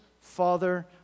father